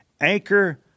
Anchor